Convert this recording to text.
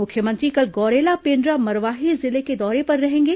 मुख्यमंत्री कल गौरेला पेण्ड्रा मरवाही जिले के दौरे पर रहेंगे